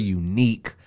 unique